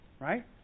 Right